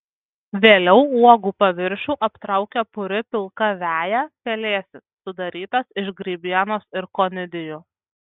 vėliau uogų paviršių aptraukia puri pilka veja pelėsis sudarytas iš grybienos ir konidijų